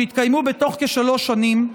שהתקיימו בתוך כשלוש שנים,